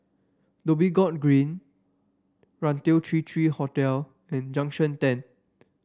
Dhoby Ghaut Green Raintr Three Three Hotel and Junction Ten